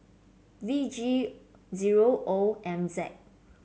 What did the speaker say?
V G zero O M Z